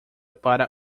para